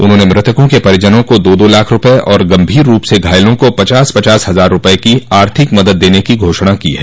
उन्होंने मृतकों के परिजनों को दो दो लाख रूपये और गंभीर रूप से घायलों को पचास पचास हजार रूपये की आर्थिक मदद देने की घोषणा की है